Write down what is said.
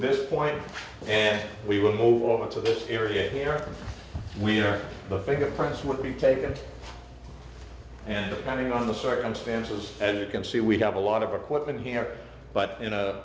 this point and we will move over to this area here we are the fingerprints would be taken and depending on the circumstances and you can see we have a lot of equipment here but in a